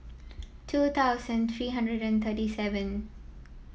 two thousand three hundred and thirty seven